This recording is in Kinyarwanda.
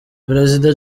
perezida